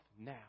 now